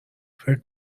فکر